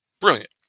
brilliant